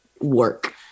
work